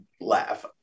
laugh